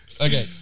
Okay